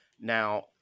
Now